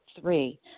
Three